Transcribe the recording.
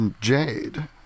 Jade